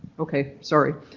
okay, sorry,